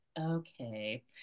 okay